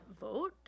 vote